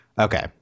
Okay